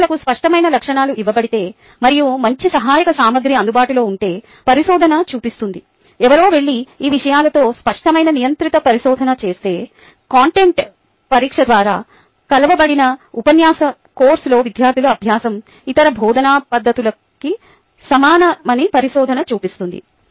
విద్యార్థులకు స్పష్టమైన లక్ష్యాలు ఇవ్వబడితే మరియు మంచి సహాయక సామగ్రి అందుబాటులో ఉంటే పరిశోధన చూపిస్తుంది ఎవరో వెళ్లి ఈ విషయాలతో స్పష్టమైన నియంత్రిత పరిశోధన చేస్తే కంటెంట్ పరీక్ష ద్వారా కొలవబడిన ఉపన్యాస కోర్సులో విద్యార్థుల అభ్యాసం ఇతర బోధనా పద్ధతులకి సమానమని పరిశోధన చూపిస్తుంది